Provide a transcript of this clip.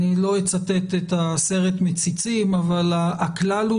אני לא אצטט את הסרט 'מציצים' אבל הכלל הוא